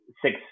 six